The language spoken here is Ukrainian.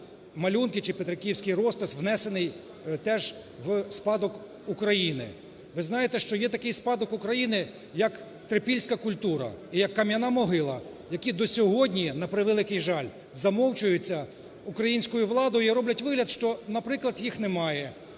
малюнки чи Петриківський розпис внесений теж в спадок України. Ви знаєте, що є такий спадок України, як Трипільська культура і як Кам'яна Могила, які до сьогодні, на превеликий жаль, замовчують українською владою, і роблять вигляд, що, наприклад, їх немає.